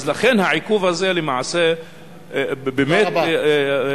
לכן, העיכוב הזה יכול להביא,